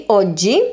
oggi